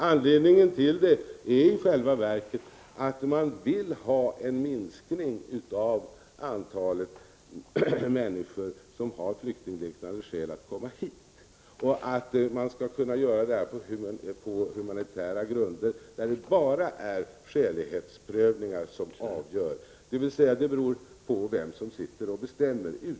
Anledningen är i själva verket att de vill minska antalet människor med flyktingliknande skäl som kommer hit. Moderaterna vill genomföra denna minskning genom att använda en bestämmelse som innehåller en hänvisning till humanitära grunder och enligt vilken det bara är skälighetsprövningar som avgör om de får stanna, dvs. detta kommer att bero på vem som sitter och bestämmer.